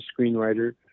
screenwriter